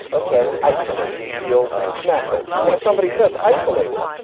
ok, isolated. it feels natural. and if somebody says isolated,